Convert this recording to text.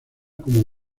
como